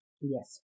Yes